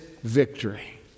victory